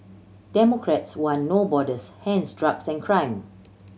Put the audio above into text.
democrats want No Borders hence drugs and crime